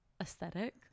aesthetic